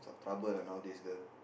trouble lah nowadays girl